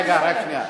רק רגע, רק שנייה.